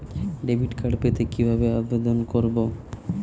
Debit card পেতে কিভাবে আবেদন করব?